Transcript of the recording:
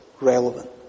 relevant